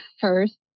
first